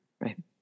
right